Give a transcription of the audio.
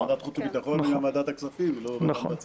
גם ועדת חוץ וביטחון וגם ועדת הכספים הן לא ועדות מבצעות.